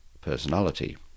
personality